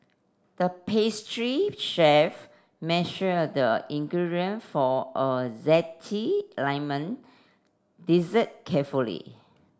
the pastry chef measured the ingredient for a zesty lemon dessert carefully